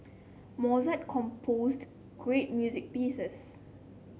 Mozart composed great music pieces